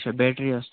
اَچھا بیٹری حظ